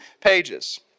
pages